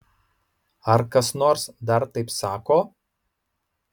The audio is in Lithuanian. ar kas nors dar taip sako